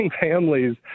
families